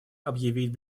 объявить